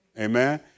Amen